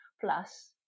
plus